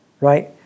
right